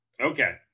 Okay